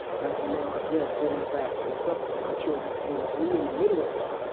and now, again, bringing it back full circle to my children and me in the middle of that,